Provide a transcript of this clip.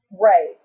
Right